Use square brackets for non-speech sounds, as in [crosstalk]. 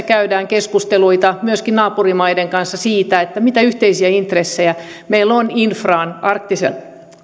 [unintelligible] käydään keskusteluita myöskin naapurimaiden kanssa siitä mitä yhteisiä intressejä meillä on infraan arktisella